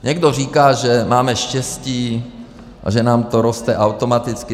Někdo říká, že máme štěstí a že nám to roste automaticky.